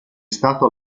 stato